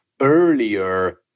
earlier